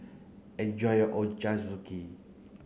enjoy your Ochazuke